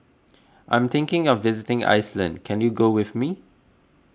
I am thinking of visiting Iceland can you go with me